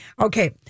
Okay